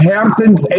Hamptons